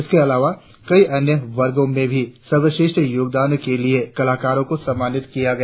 इसके अलावा कई अन्य वर्गों में भी सर्वश्रेष्ठ योगदान के लिए कलाकारों को सम्मानित किया गया